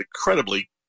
incredibly